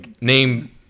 name